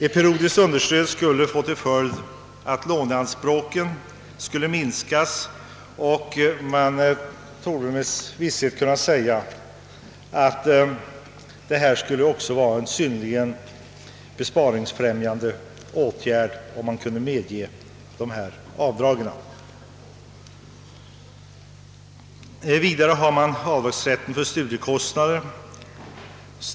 Ett periodiskt understöd skulle få till följd att låneanspråken skulle minskas, och man torde med visshet kunna säga att det också skulle vara en besparingsfrämjande åtgärd om man även kunde medge ifrågasatta avdrag. Vidare gäller det avdragsrätt för studiekostnader.